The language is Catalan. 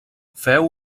feu